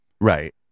Right